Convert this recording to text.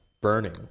burning